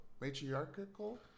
matriarchal